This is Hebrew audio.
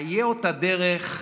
איה אותה דרך,